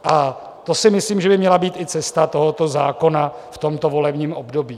A to si myslím, že by měla být i cesta tohoto zákona v tomto volebním období.